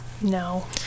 no